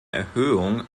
erhöhung